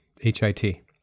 HIT